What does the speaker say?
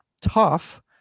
tough